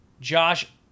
josh